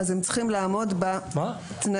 הם צריכים לעמוד בתנאים.